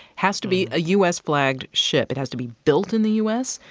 has to be a u s flagged ship. it has to be built in the u s.